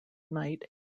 night